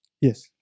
Yes